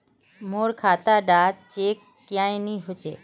मोर खाता डा चेक क्यानी होचए?